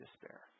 despair